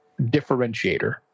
differentiator